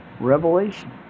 Revelation